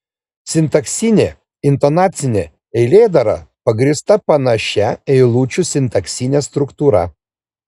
sintaksinė intonacinė eilėdara pagrįsta panašia eilučių sintaksine struktūra